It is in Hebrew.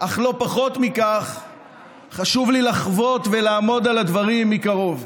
אך לא פחות מכך חשוב לי לחוות ולעמוד על הדברים מקרוב,